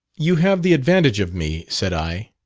you have the advantage of me, said i.